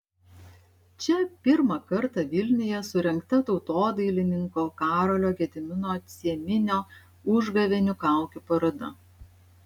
čia pirmą kartą vilniuje surengta tautodailininko karolio gedimino cieminio užgavėnių kaukių paroda